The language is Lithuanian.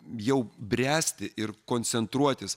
jau bręsti ir koncentruotis